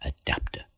adapter